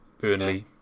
Burnley